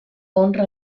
honra